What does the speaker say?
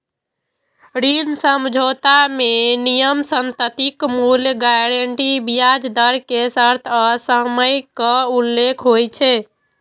ऋण समझौता मे नियम, संपत्तिक मूल्य, गारंटी, ब्याज दर के शर्त आ समयक उल्लेख होइ छै